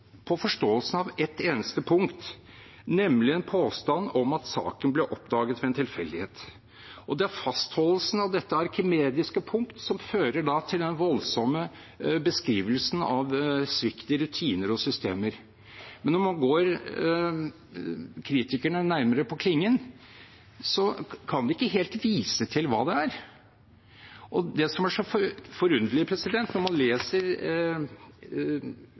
på forståelsen av ett eneste punkt, nemlig en påstand om at saken ble oppdaget ved en tilfeldighet. Det er fastholdelsen av dette arkimediske punkt som fører til den voldsomme beskrivelsen av svikt i rutiner og systemer, men når man går kritikerne nærmere på klingen, kan de ikke helt vise til hva det er. Og det som er så forunderlig når man leser